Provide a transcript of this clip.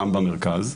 גם במרכז.